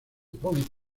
pont